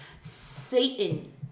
Satan